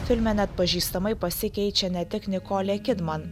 filme neatpažįstamai pasikeičia ne tik nikolė kidman